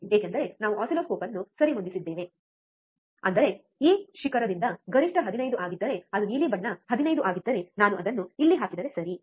ಏಕೆಂದರೆ ನಾವು ಆಸಿಲ್ಲೋಸ್ಕೋಪ್ ಅನ್ನು ಸರಿಹೊಂದಿಸಿದ್ದೇವೆ ಅಂದರೆ ಈ ಶಿಖರದಿಂದ ಗರಿಷ್ಠ 15 ಆಗಿದ್ದರೆ ಅದು ನೀಲಿ ಬಣ್ಣ 15 ಆಗಿದ್ದರೆ ನಾನು ಅದನ್ನು ಇಲ್ಲಿ ಹಾಕಿದರೆ ಸರಿ